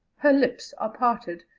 her lips are parted,